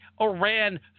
Iran